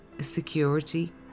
security